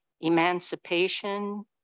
emancipation